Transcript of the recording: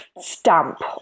stamp